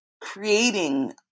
creating